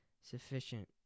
Sufficient